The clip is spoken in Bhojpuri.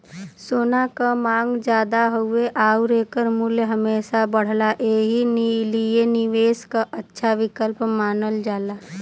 सोना क मांग जादा हउवे आउर एकर मूल्य हमेशा बढ़ला एही लिए निवेश क अच्छा विकल्प मानल जाला